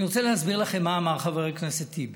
אני רוצה להסביר לכם מה אמר חבר הכנסת טיבי.